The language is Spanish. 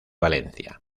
valencia